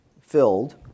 filled